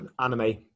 Anime